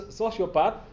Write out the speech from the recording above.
sociopath